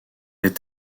est